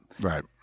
Right